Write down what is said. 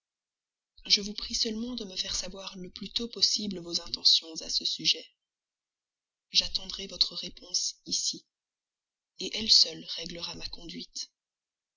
je vous prie seulement de me faire savoir le plus tôt possible vos intentions à ce sujet j'attendrai votre réponse ici elle seule réglera ma conduite